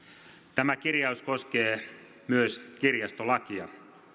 tämä kirjaus koskee myös kirjastolakia